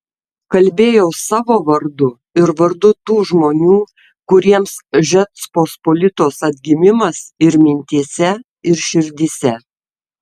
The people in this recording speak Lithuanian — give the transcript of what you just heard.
kalbėjau savo vardu ir vardu tų žmonių kuriems žečpospolitos atgimimas ir mintyse ir širdyse